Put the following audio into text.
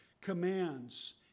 Commands